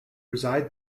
reside